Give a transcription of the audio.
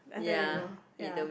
never tell you before ya